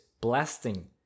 blasting